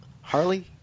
Harley